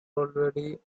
already